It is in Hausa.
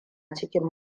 cikin